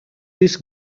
this